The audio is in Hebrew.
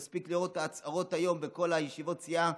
מספיק לראות את ההצהרות היום בכל ישיבות הסיעה,